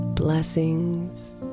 Blessings